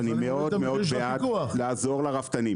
אני מאוד בעד לעזור לרפתנים.